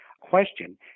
question